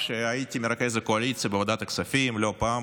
כשהייתי מרכז הקואליציה בוועדת הכספים, לא פעם